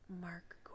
Mark